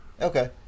Okay